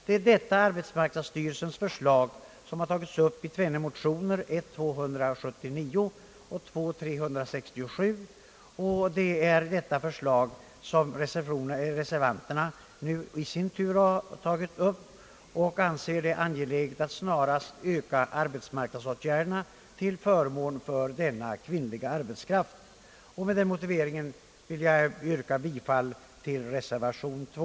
Det är detta arbetsmarknadsstyrelsens förslag som tagits upp i två motioner, I: 279 och II: 367 och som reservanterna nu i sin tur har tagit upp. Reservanterna anser det angeläget att snarast öka försöksverksamheten till förmån för denna kvinnliga arbetskraft. Med denna motivering vill jag yrka bifall till reservationen.